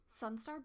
Sunstar